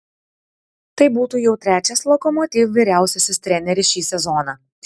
tai būtų jau trečias lokomotiv vyriausiasis treneris šį sezoną